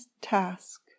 task